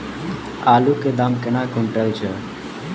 आलु केँ दाम केना कुनटल छैय?